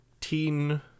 teen